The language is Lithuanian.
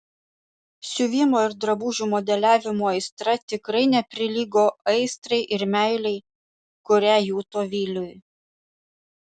siuvimo ir drabužių modeliavimo aistra tikrai neprilygo aistrai ir meilei kurią juto viliui